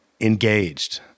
engaged